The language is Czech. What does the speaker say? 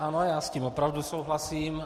Ano, já s tím opravdu souhlasím.